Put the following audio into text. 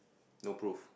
no proof